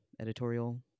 editorial